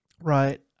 right